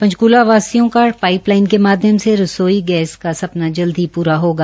पंचकूलावासियों का pipe line के माध्यम से रसोई गैस का सपना जल्द ही प्रा होगा